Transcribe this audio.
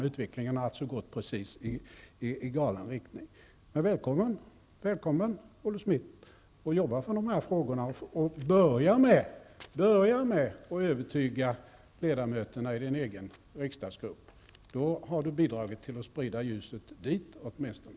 Utvecklingen har därmed gått i galen riktning. Olle Schmidt är välkommen att jobba för dessa frågor. Han kan börja med att övertyga ledamöterna i den egna riksdagsgruppen -- då har han bidragit till att sprida ljuset dit åtminstone.